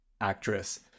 actress